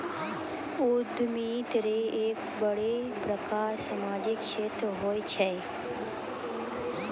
उद्यमिता रो एक बड़ो प्रकार सामाजिक क्षेत्र हुये छै